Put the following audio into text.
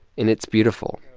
and it's beautiful,